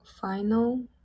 final